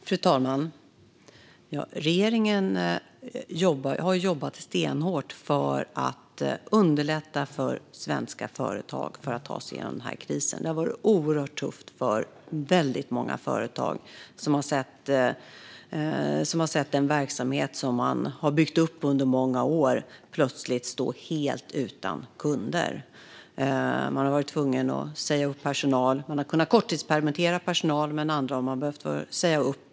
Fru talman! Regeringen har jobbat stenhårt för att underlätta för svenska företag att ta sig igenom den här krisen. Det har varit oerhört tufft för väldigt många företag, som har sett den verksamhet som man byggt upp under många år plötsligt stå helt utan kunder. Man har varit tvungen att säga upp personal. Man har kunnat korttidspermittera en del personal, men annan har man behövt säga upp.